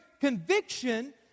Conviction